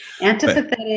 Antipathetic